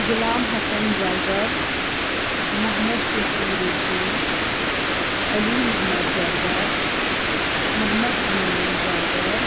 Ghulam Hassan Zargar Mohammad Shafi Reshi Ali Mohammad Zargar Mohammad Amin Zargar